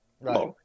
Right